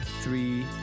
Three